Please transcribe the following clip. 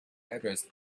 address